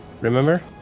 remember